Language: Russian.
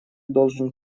должен